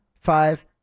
five